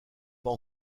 pas